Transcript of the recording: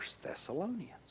Thessalonians